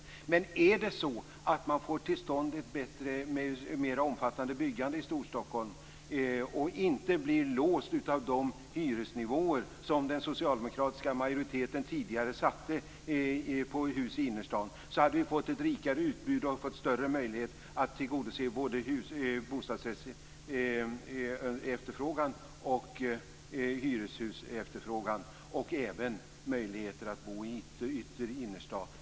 Om vi hade fått till stånd ett mer omfattande byggande i Storstockholm och inte blivit låsta av de hyresnivåer som den socialdemokratiska majoriteten tidigare satte för hus i innerstaden, hade vi fått ett rikare utbud och större möjlighet att tillgodose både bostadsrättsefterfrågan och hyresrättsefterfrågan i både ytter och innerstaden.